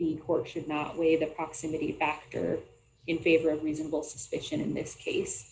the court should not waive the proximity factor in favor of reasonable suspicion in this case